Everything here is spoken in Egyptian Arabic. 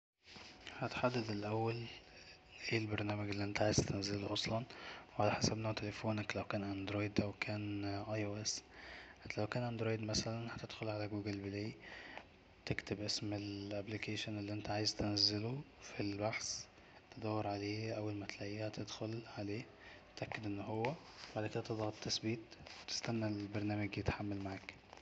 هتحدد الأول أي البرنامج اللي انت عايز تنزله أصلا وعلي حسب نوع تليفونك لو كان اندرويد او كان أي او اس لو كان اندرويد مثلا هتدخل علي جوجل بلاي تكتب اسم الابليكيشن اللي انت عايز تنزله في البحث تدور عليه اول ما تلاقيه هتدخل عليه اتاكد ان هو, بعد كدا تضغط تثبيت واستني البرنامج يتحمل معاك